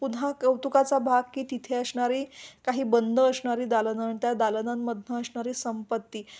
पुन्हा कौतुकाचा भाग की तिथे अ असणारी काही बंद असणारी दालना त्या दालनांमधनं असणारी संपत्ती